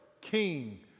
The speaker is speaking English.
king